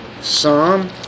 psalm